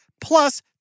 plus